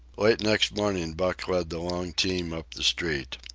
late next morning buck led the long team up the street.